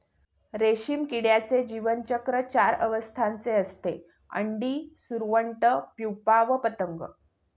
रेशीम किड्याचे जीवनचक्र चार अवस्थांचे असते, अंडी, सुरवंट, प्युपा व पतंग